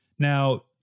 Now